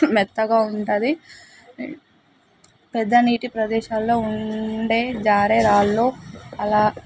మెత్తగా ఉంటుంది పెద్ద నీటి ప్రదేశాల్లో ఉండే జారే రాళ్ళు అలా